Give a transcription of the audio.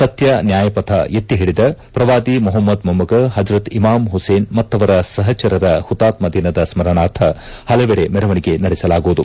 ಸತ್ಯ ನ್ಯಾಯಪಥ ಎತ್ತಿ ಹಿಡಿದ ಪ್ರವಾದಿ ಮೊಹಮ್ಮದ್ ಮೊಮ್ಮಗ ಹಜ್ರತ್ ಇಮಾಮ್ ಹುಸೇನ್ ಮತ್ತವರ ಸಹಚರರ ಹುತಾತ್ಮ ದಿನದ ಸ್ಕರಣಾರ್ಥ ಹಲವೆಡೆ ಮೆರವಣಿಗೆ ನಡೆಸಲಾಗುವುದು